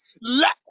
Let